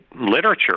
literature